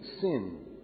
sin